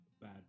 Bad